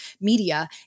media